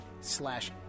slash